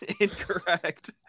Incorrect